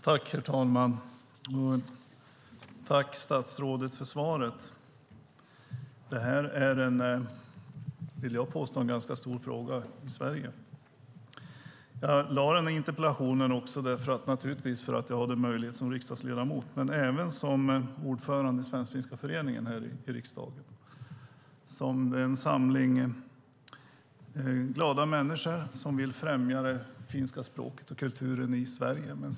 Herr talman! Jag tackar statsrådet för svaret. Det här är, vill jag påstå, en ganska stor fråga i Sverige. Jag ställde naturligtvis interpellationen därför att jag hade möjlighet till det som riksdagsledamot, men jag är även ordförande i svensk-finska föreningen här i riksdagen. Det är en samling glada människor som vill främja finska språket och kulturen i Sverige.